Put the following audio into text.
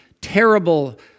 terrible